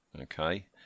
Okay